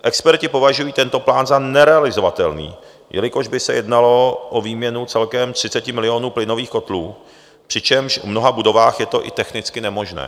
Experti považují tento plán za nerealizovatelný, jelikož by se jednalo o výměnu celkem 30 milionů plynových kotlů, přičemž v mnoha budovách je to i technicky nemožné.